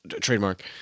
trademark